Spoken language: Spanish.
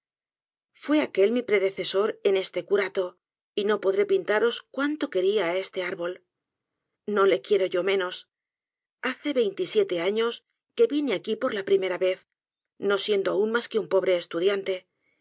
fue aquel mi predecesor en este curato y no podré pintaros cuánto quería á este árbol no le quiero yo menos hace veinte y siete años que vine aqui por la primera vez no siendo aun mas que un pobre estudiante